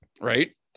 right